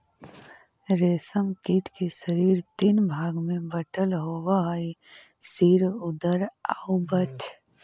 रेशम कीट के शरीर तीन भाग में बटल होवऽ हइ सिर, उदर आउ वक्ष